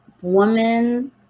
woman